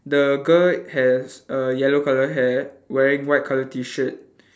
the girl has err yellow colour hair wearing white colour T shirt